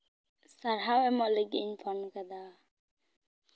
ᱥᱟᱨᱦᱟᱣ ᱮᱢᱚᱜ ᱞᱟᱹᱜᱤᱫ ᱤᱧ ᱯᱷᱳᱱ ᱠᱟᱫᱟ